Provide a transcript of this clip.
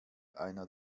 einer